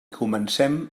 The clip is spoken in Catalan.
comencem